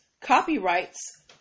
copyrights